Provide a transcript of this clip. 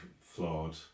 flawed